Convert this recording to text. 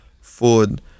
food